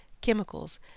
chemicals